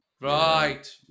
Right